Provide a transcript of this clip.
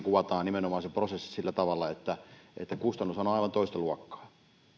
kuvataan hyvin nimenomaan se prosessi kustannus on on aivan toista luokkaa